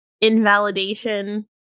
invalidation